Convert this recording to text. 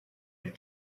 had